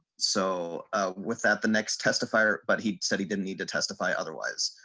so with that the next testify or but he said he didn't need to testify otherwise.